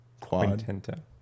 Quad